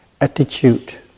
attitude